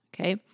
Okay